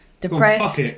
depressed